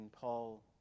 Paul